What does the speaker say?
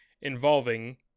involving